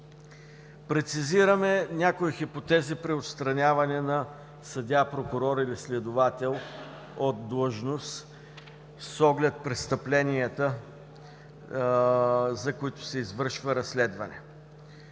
Прецизираме някои хипотези при отстраняване на съдия, прокурор или следовател от длъжност с оглед престъпленията, за които се извършва разследване.